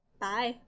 Bye